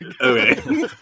Okay